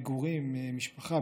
מגורים עם משפחה,